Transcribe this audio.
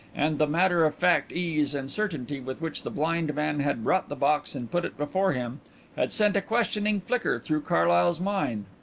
and the matter-of-fact ease and certainty with which the blind man had brought the box and put it before him had sent a questioning flicker through carlyle's mind.